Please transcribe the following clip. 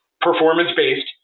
performance-based